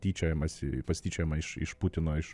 tyčiojamasi pasityčiojama iš iš putino iš